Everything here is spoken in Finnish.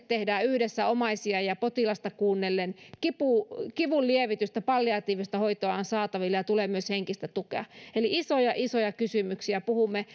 tehdään yhdessä omaisia ja potilasta kuunnellen ja että kivunlievitystä palliatiivista hoitoa on saatavilla ja tulee myös henkistä tukea eli isoja isoja kysymyksiä puhumme